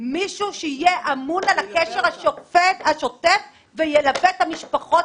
גוף שיהיה אמון על הקשר השוטף וילווה את המשפחות